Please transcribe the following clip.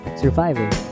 surviving